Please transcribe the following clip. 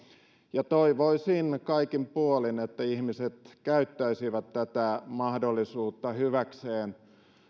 ja toivoisin kaikin puolin että ihmiset käyttäisivät tätä mahdollisuutta hyväkseen